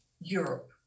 Europe